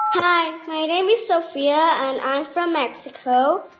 hi, my name is sophia, and i'm from mexico.